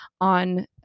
on